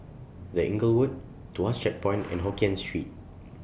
The Inglewood Tuas Checkpoint and Hokien Street